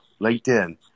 LinkedIn